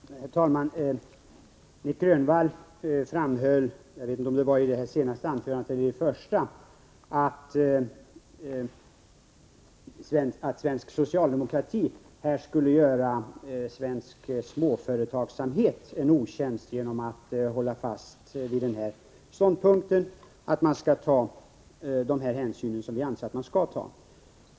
Herr talman! Nic Grönvall framhöll — jag vet inte om det var i det senaste anförandet eller i det första — att svensk socialdemokrati här skulle göra svensk småföretagsamhet en otjänst genom att hålla fast vid ståndpunkten att man skall ta de hänsyn som vi anser att man skall ta.